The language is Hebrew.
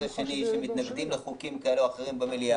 השני שמתנגדים לחוקים כאלה ואחרים במליאה,